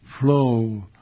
Flow